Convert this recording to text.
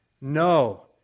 No